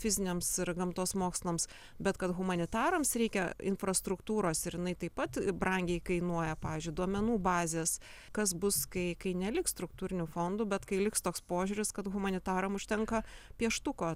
fiziniams ir gamtos mokslams bet kad humanitarams reikia infrastruktūros ir jinai taip pat brangiai kainuoja pavyzdžiui duomenų bazės kas bus kai kai neliks struktūrinių fondų bet kai liks toks požiūris kad humanitaram užtenka pieštuko